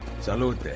Salute